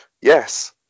yes